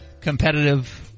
competitive